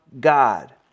God